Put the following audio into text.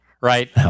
right